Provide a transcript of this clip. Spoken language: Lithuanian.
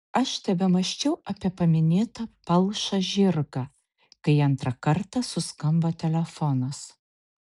aš tebemąsčiau apie paminėtą palšą žirgą kai antrą kartą suskambo telefonas